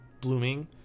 blooming